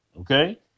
Okay